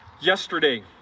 yesterday